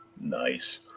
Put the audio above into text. Nice